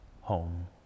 home